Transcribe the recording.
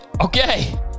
Okay